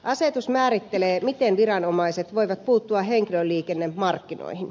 asetus määrittelee miten viranomaiset voivat puuttua henkilöliikennemarkkinoihin